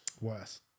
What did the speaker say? Worse